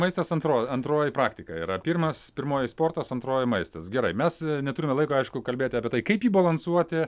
maistas antroj antroji praktika yra pirmas pirmoji sportas antroji maistas gerai mes neturime laiko aišku kalbėti apie tai kaip jį balansuoti